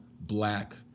Black